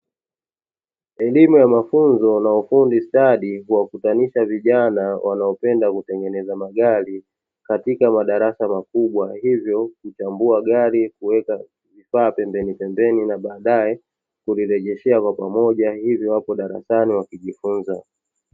Elimu ya mafunzo na ufundi stadi, kuwakutanisha vijana wanaopenda kutengeneza magari katika madarasa makubwa, hivyo kuchambua gari na vifaa pembenipembeni na baadaye kuvirejeshea kwa pamoja, hivyo wapo darasani wakijifunza.